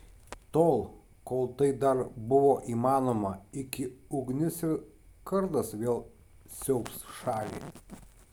tol kol tai dar buvo įmanoma iki ugnis ir kardas vėl siaubs šalį